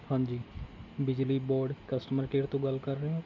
ਹਾਂਜੀ ਬਿਜਲੀ board customer care ਤੋਂ ਗੱਲ ਕਰ ਰਹੇ ਹੋ